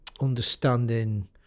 understanding